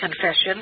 confession